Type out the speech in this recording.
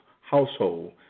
household